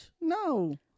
No